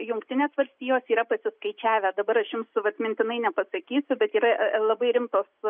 jungtinės valstijos yra pasiskaičiavę dabar aš jums vat mintinai nepasakysiu bet yra labai rimtos